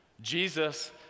Jesus